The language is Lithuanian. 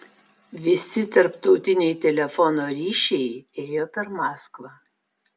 visi tarptautiniai telefono ryšiai ėjo per maskvą